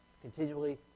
continually